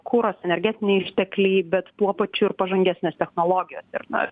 kuras energetiniai ištekliai bet tuo pačiu ir pažangesnės technologijos ir na